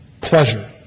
pleasure